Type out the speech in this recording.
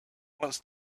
wants